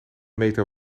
meter